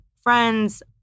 friends